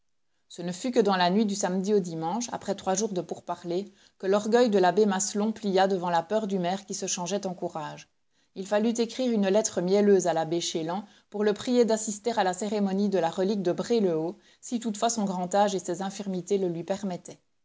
ce ne fut que dans la nuit du samedi au dimanche après trois jours de pourparlers que l'orgueil de l'abbé maslon plia devant la peur du maire qui se changeait en courage il fallut écrire une lettre mielleuse à l'abbé chélan pour le prier d'assister à la cérémonie de la relique de bray le haut si toutefois son grand âge et ses infirmités le lui permettaient